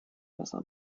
messer